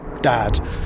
dad